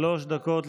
שלוש דקות לרשותך,